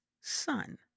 son